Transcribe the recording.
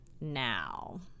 now